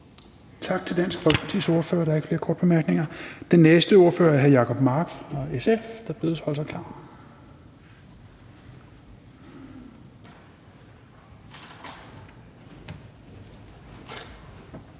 Tak til Dansk Folkepartis ordfører. Der er ikke flere korte bemærkninger. Den næste ordfører er hr. Jacob Mark fra SF. Værsgo. Kl.